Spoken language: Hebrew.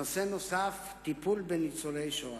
נושא נוסף, טיפול בניצולי השואה.